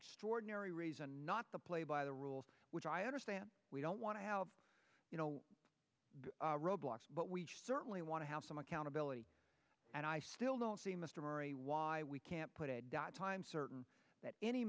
extraordinary reason not to play by the rules which i understand we don't want to have roadblocks but we certainly want to have some accountability and i still don't see mr murray why we can't put a dot time certain that any